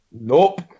Nope